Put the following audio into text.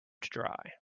dry